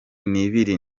nibiri